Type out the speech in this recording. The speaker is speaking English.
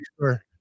sure